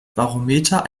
barometer